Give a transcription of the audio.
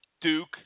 Duke